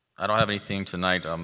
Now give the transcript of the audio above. i don't have anything tonight. um